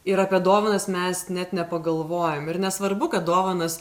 ir apie dovanas mes net nepagalvojom ir nesvarbu kad dovanas